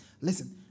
Listen